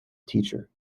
teacher